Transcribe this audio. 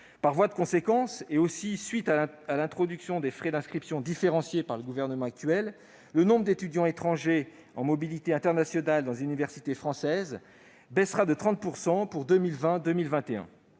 fragiles. En conséquence, et suite à l'introduction des frais d'inscription différenciés par le gouvernement actuel, le nombre d'étudiants étrangers en mobilité internationale dans les universités françaises baissera de 30 % sur la